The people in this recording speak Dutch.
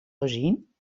gezien